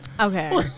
okay